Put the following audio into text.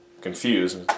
confused